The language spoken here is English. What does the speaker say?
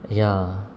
ya